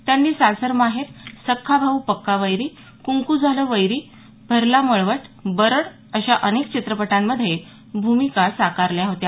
त्यांनी सासर माहेर सख्खा भाऊ पक्का वैरी कुंकू झालं वैरी भरला मळवट बरड अशा अनेक चित्रपटांमध्ये भूमिका साकारल्या होत्या